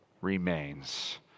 remains